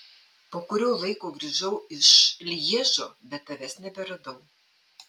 po kurio laiko grįžau iš lježo bet tavęs neberadau